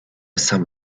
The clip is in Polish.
sam